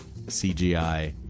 CGI